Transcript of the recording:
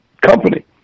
company